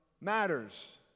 matters